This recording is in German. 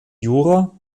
jura